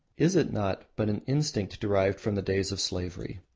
is it not but an instinct derived from the days of slavery?